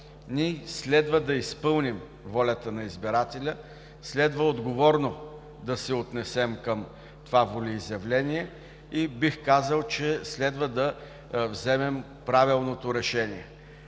следва да изпълним волята на избирателя, следва отговорно да се отнесем към това волеизявление и бих казал, че следва да вземем правилното решение.